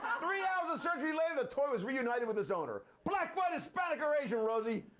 three hours of surgery later the toy was reunited with its owner. black, white, hispanic or asian, rosie?